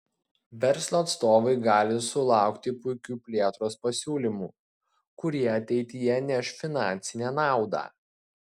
verslo atstovai gali sulaukti puikių plėtros pasiūlymų kurie ateityje neš finansinę naudą